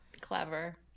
Clever